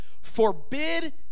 Forbid